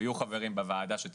ושיהיו חברים בוועדה שתיישם.